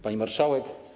Pani Marszałek!